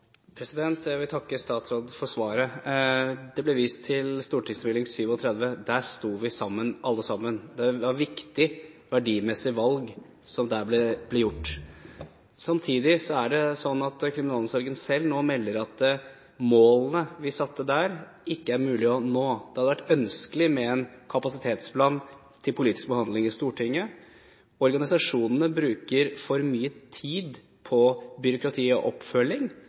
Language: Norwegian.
Jeg vil takke statsråden for svaret. Det ble vist til St.meld. nr. 37 for 2007–2008, den sto vi alle sammen om. Det var viktige verdimessige valg som der ble gjort. Samtidig er det sånn at kriminalomsorgen selv nå melder at målene vi satte der, ikke er mulig å nå. Det hadde vært ønskelig med en kapasitetsplan til politisk behandling i Stortinget. Organisasjonene bruker for mye tid på byråkrati og oppfølging,